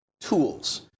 tools